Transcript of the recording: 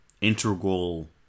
integral